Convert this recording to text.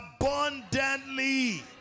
abundantly